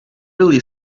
really